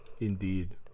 indeed